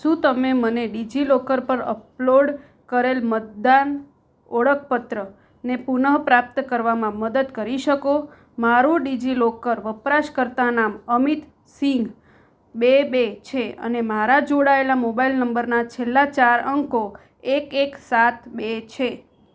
શું તમે મને ડિજિલોકર પર અપલોડ કરેલ મતદાન ઓળખપત્ર ને પુનઃપ્રાપ્ત કરવામાં મદદ કરી શકો મારું ડિજિલોકર વપરાશકર્તા નામ અમિત સિંઘ બે બે છે અને મારા જોડાયેલા મોબાઇલ નંબરના છેલ્લા ચાર અંકો એક એક સાત બે છે